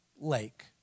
lake